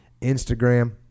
Instagram